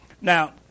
Now